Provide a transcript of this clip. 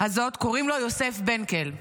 קוראים לו יוסף בנקל.